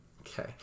Okay